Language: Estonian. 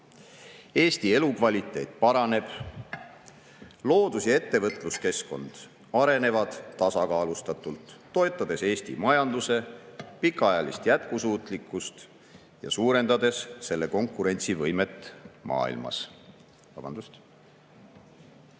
Eesti elukvaliteet paraneb. Loodus- ja ettevõtluskeskkond arenevad tasakaalustatult, toetades Eesti majanduse pikaajalist jätkusuutlikkust ja suurendades selle konkurentsivõimet maailmas.